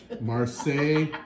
Marseille